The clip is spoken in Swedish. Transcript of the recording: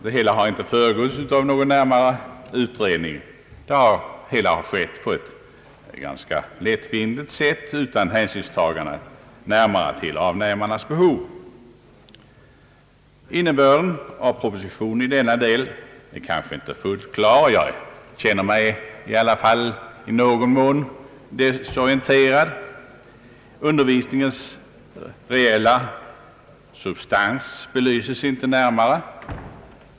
Det hela har inte föregåtts av någon utredning, utan det har skett på ett lättvindigt sätt utan närmare hänsynstagande till avnämarnas behov. Innebörden i propositionen är i denna del inte fullt klar. Jag känner mig i någon mån desorienterad. Undervisningens reella substans belyses inte närmare.